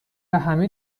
همه